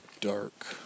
dark